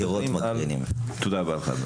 תודה רבה.